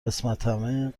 قسمتمه